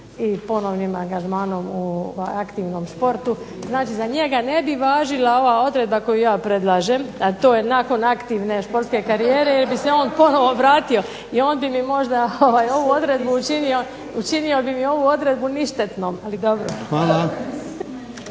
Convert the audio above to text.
i ponovnim angažmanom u aktivnom športu. Znači, za njega ne bi važila ova odredba koju ja predlažem, a to je nakon aktivne športske karijere jer bi se on ponovno vratio i on bi mi možda ovu odredbu učinio ništetnom, ali